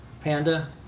Panda